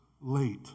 late